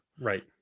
Right